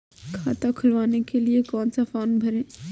खाता खुलवाने के लिए कौन सा फॉर्म भरें?